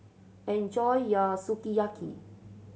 enjoy your Sukiyaki